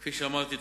כפי שאמרתי,